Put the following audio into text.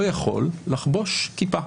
לא יכול לחבוש כיפה,